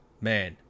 Man